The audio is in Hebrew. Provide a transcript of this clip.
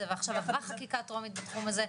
ועכשיו עברה חקיקה טרומית בתחום הזה,